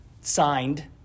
signed